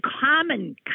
common